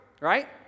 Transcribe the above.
Right